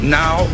now